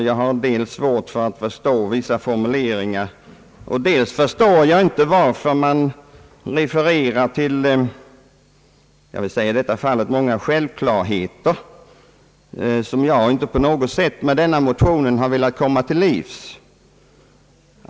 Jag har för det första svårt att förstå vissa formuleringar. För det andra förstår jag inte varför man refererar dessa självklarheter, som jag med min motion inte på något sätt har velat komma till livs.